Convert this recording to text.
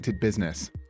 business